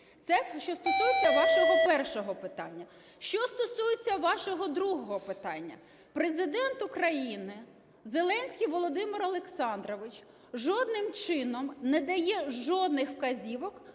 Це що стосується вашого першого питання. Що стосується вашого другого питання. Президент України Зеленський Володимир Олександрович жодним чином не дає жодних вказівок